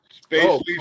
Space